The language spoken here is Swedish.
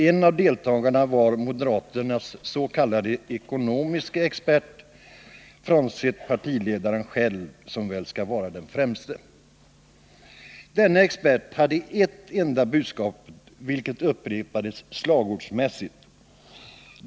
En av deltagarna var moderaternas s.k. ekonomiske expert — frånsett partiledaren själv, som väl skall vara den främste. Denne expert hade ett enda budskap, vilket upprepades slagordsmässigt.